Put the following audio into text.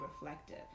reflective